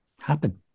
happen